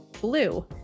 blue